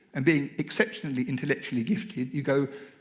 and being exceptionally intellectually gifted, you go